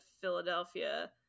Philadelphia